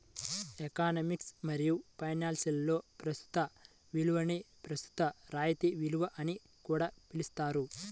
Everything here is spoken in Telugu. ఎకనామిక్స్ మరియు ఫైనాన్స్లో ప్రస్తుత విలువని ప్రస్తుత రాయితీ విలువ అని కూడా పిలుస్తారు